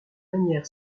manière